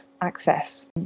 access